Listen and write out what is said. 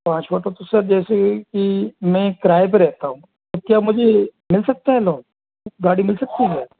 पाँचवाँ तो तो सर जैसे कि मैं किराए पे रहता हूँ क्या मुझे मिल सकता है लोन गाड़ी मिल सकती है